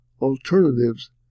alternatives